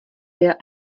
wir